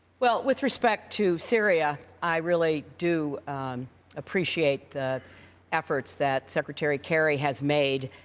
well, with respect to syria, i really do appreciate the efforts that secretary kerry has made.